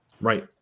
Right